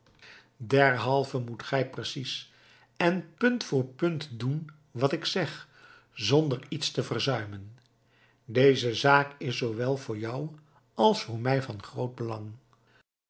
derhalve moet gij precies en punt voor punt doen wat ik zeg zonder iets te verzuimen deze zaak is zoowel voor jou als voor mij van groot belang